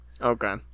okay